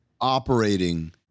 operating